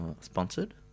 sponsored